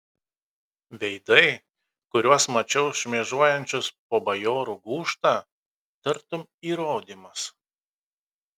veidai kuriuos mačiau šmėžuojančius po bajorų gūžtą tartum įrodymas